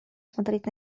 смотреть